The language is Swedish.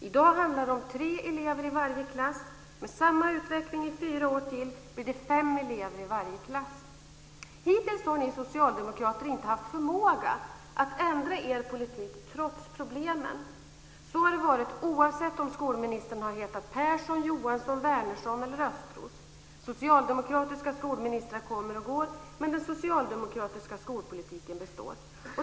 I dag handlar det om tre elever i varje klass. Med samma utveckling fyra år till blir det fem elever i varje klass. Hittills har ni socialdemokrater inte haft förmåga att ändra er politik trots problemen. Så har det varit oavsett om skolministern har hetat Persson, Johansson, Wärnersson eller Östros. Socialdemokratiska skolministrar kommer och går, men den socialdemokratiska skolpolitiken består.